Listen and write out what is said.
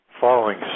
following